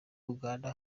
uganda